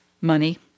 money